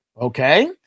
Okay